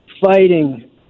fighting